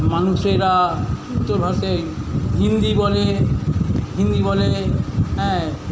মানুষেরা উত্তর ভারতে হিন্দি বলে হিন্দি বলে হ্যাঁ